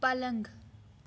پَلنٛگ